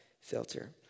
filter